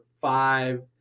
five